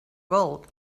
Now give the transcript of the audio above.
gold